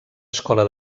escola